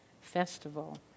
festival